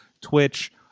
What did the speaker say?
Twitch